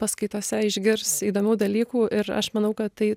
paskaitose išgirs įdomių dalykų ir aš manau kad tai